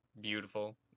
beautiful